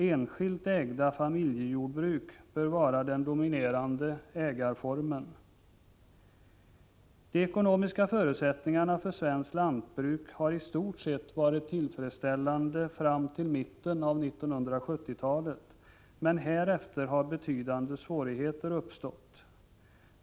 Enskilt ägda familjejordburk bör vara den dominerande ägarformen. De ekonomiska förutsättningarna för svenskt lantbruk har i stort sett varit tillfredsställande fram till mitten av 1970-talet. Men därefter har betydande svårigheter uppstått.